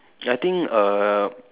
I think err